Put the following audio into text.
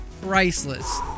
priceless